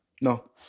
No